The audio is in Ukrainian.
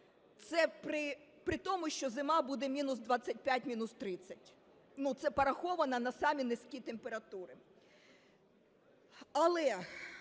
це при тому, що зима буде мінус 25 – мінус 30. Ну, це пораховано на самі низькі температури.